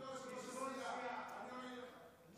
אני עונה לך.